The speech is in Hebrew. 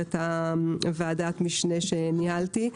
במסגרת ועדת המשנה שניהלתי.